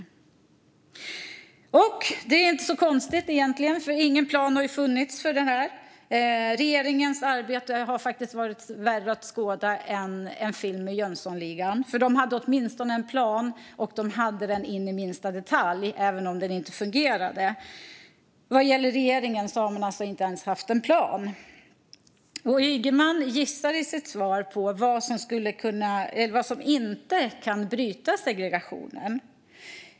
Det är egentligen inte så konstigt, för det har ju inte funnits någon plan för det här. Regeringens arbete har faktiskt varit värre att skåda än en film med Jönssonligan - de hade åtminstone en plan, och de hade den in i minsta detalj, även om den inte fungerade. Regeringen har inte ens haft en plan. Ygeman gissade i sitt svar vad som inte kan bryta segregationen.